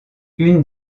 une